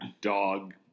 Dog